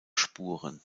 spuren